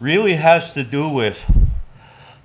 really has to do with